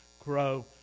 grow